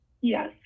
Yes